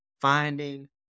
finding